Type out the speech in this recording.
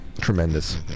tremendous